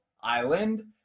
island